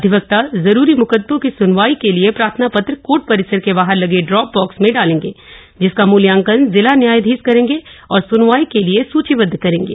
अधिवक्ता जरूरी मुकदमों की सुनवाई के लिए प्रार्थना पत्र कोर्ट परिसर के बाहर लगे इॉप बॉक्स में डालेंगे जिसका मुल्यांकन जिला न्यायाधीश करेंगे और सुनवाई के लिए सूचीबद्ध करेंगे